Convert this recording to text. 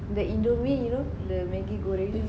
the Indomie you know the maggi goreng